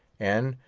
and,